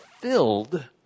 filled